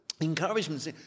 encouragement